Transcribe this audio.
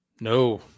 No